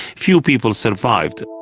few people survived.